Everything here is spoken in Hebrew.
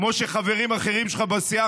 כמו שחברים אחרים שלך בסיעה,